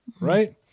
right